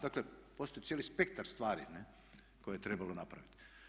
Dakle postoji cijeli spektar stvari koje je trebalo napraviti.